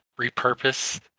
repurpose